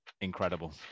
incredible